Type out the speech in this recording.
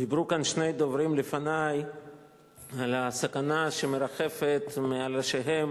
דיברו כאן שני דוברים לפני על הסכנה שמרחפת מעל ראשיהם